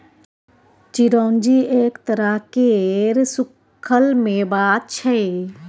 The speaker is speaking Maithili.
चिरौंजी एक तरह केर सुक्खल मेबा छै